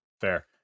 fair